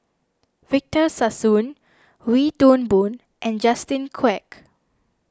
Victor Sassoon Wee Toon Boon and Justin Quek